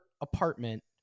apartment